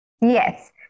Yes